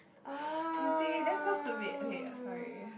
you see that's so stupid okay sorry